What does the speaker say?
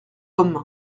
homme